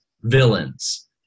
villains